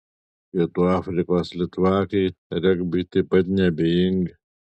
pietų afrikos litvakai regbiui taip pat neabejingi